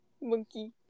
Monkey